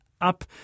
up